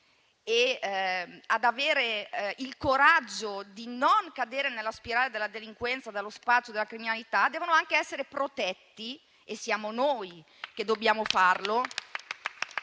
e ad avere il coraggio di non cadere nella spirale della delinquenza e della criminalità devono anche essere protetti e siamo noi che dobbiamo farlo